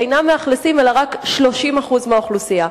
אינן מאכלסות אלא רק 30% מהאוכלוסייה.